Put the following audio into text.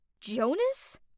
Jonas